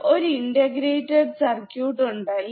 ഒരു integrated circuit ഉണ്ടല്ലേ